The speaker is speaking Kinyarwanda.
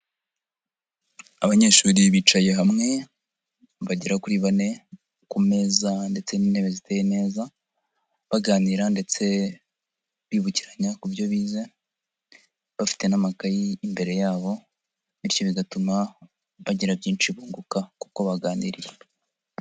abanyeshuri bicaye hamwe bagera kuri bane ku meza ndetse n'intebe ziteye neza, baganira ndetse bibukiranya ku byo bize bafite n'amakayeyi imbere yabo, bityo bigatuma bagira byinshi bunguka kuko baganiriye.